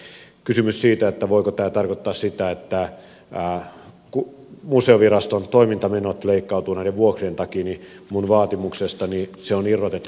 mitä tulee kysymykseen siitä voiko tämä tarkoittaa sitä että museoviraston toimintamenot leikkautuvat näiden vuokrien takia niin minun vaatimuksestani ne on irrotettu toimintamenoista